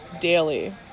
daily